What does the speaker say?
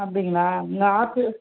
அப்படிங்களா இந்த ஆப்பிள்